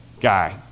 guy